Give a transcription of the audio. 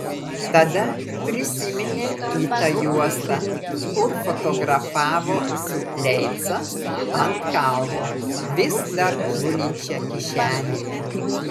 tada prisiminė kitą juostą kur fotografavo su leica ant kalno vis dar gulinčią kišenėje